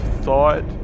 thought